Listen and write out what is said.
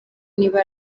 niba